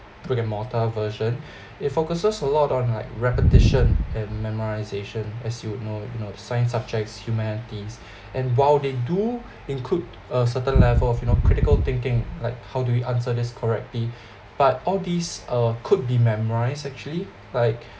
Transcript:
brick and mortar version it focuses a lot on like repetition and memorisation as you know you know science subjects humanities and while they do include a certain level of you know critical thinking like how do we answer this correctly but all these are could be memorised actually like